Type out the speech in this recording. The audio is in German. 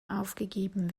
aufgegeben